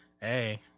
hey